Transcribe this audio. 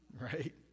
Right